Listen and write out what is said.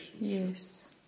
Yes